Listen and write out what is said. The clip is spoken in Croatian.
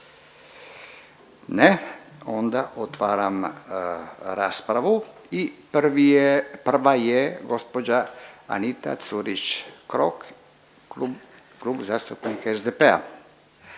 Ne. Onda otvaram raspravu i prvi je, prva je gospođa Anita Curiš Krok, Klub zastupnika SDP-a.